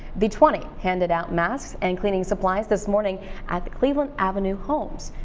the twenty handed out masks and cleaning supplies this morning at the cleveland avenue homes.